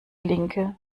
linke